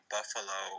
Buffalo